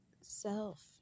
self